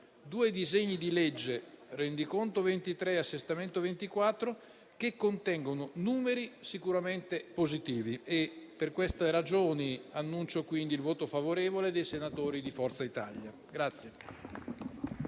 due disegni di legge, il rendiconto 2023 e l'assestamento 2024, che contengono numeri sicuramente positivi e per queste ragioni annuncio il voto favorevole dei senatori di Forza Italia.